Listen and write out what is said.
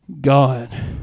God